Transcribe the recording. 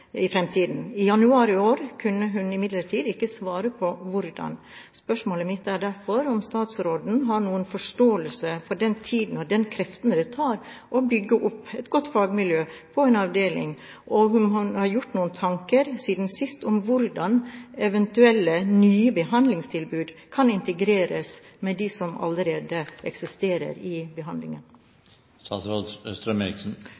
i fremtiden. I januar i år kunne hun imidlertid ikke svare på hvordan. Spørsmålet mitt er derfor om statsråden har noen forståelse for den tiden og de kreftene det tar å bygge opp et godt fagmiljø på en avdeling, og om hun har gjort seg noen tanker siden sist om hvordan eventuelle nye behandlingstilbud kan integreres i dem som allerede eksisterer. Rus og psykiatri henger i